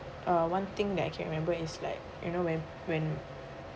uh one thing I can remember is like you know when when